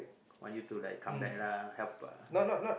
want you to like come lah help uh